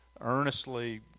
earnestly